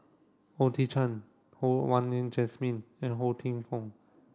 O Thiam Chin Ho Wah Nin Jesmine and Ho Tinfong